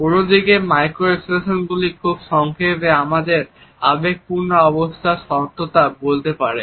অন্যদিকে মাইক্রো এক্সপ্রেশনগুলি খুব সংক্ষেপে আমাদের আবেগপূর্ণ অবস্থার সত্যতা বলতে পারে